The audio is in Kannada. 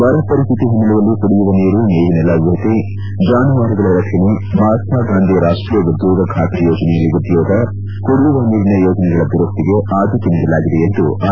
ಬರ ಪರಿಸ್ಥಿತಿ ಹಿನ್ನೆಲೆಯಲ್ಲಿ ಕುಡಿಯುವ ನೀರು ಮೇವಿನ ಲಭ್ಯತೆ ಜಾನುವಾರುಗಳ ರಕ್ಷಣೆ ಮಹಾತ್ಮ ಗಾಂಧಿ ರಾಷ್ಟೀಯ ಉದ್ಯೋಗ ಬಾತ್ರಿ ಯೋಜನೆಯಲ್ಲಿ ಉದ್ಯೋಗ ಕುಡಿಯುವ ನೀರಿನ ಯೋಜನೆಗಳ ದುರಸ್ತಿಗೆ ಆದ್ದತೆ ನೀಡಲಾಗಿದೆ ಎಂದು ಆರ್